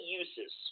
uses